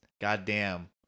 goddamn